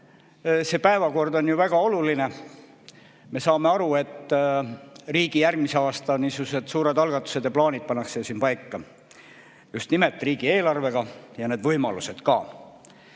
päevakord on ju väga oluline. Me saame aru, et riigi järgmise aasta suured algatused ja plaanid pannakse paika just nimelt riigieelarvega ja võimalused ka.